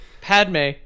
Padme